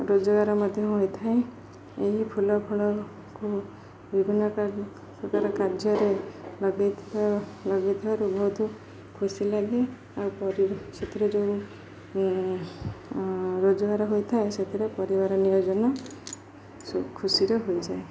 ରୋଜଗାର ମଧ୍ୟ ହୋଇଥାଏ ଏହି ଫୁଲ ଫଳକୁ ବିଭିନ୍ନ ପ୍ରକାର କାର୍ଯ୍ୟରେ ଲଗେଇ ଥିବାରୁ ବହୁତ ଖୁସି ଲାଗେ ଆଉ ସେଥିରେ ଯେଉଁ ରୋଜଗାର ହୋଇଥାଏ ସେଥିରେ ପରିବାର ନିୟୋଜନ ଖୁସିରେ ହୋଇଯାଏ